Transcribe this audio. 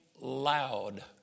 loud